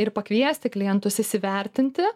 ir pakviesti klientus įsivertinti